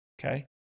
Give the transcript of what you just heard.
Okay